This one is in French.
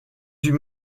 huit